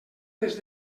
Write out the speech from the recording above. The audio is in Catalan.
les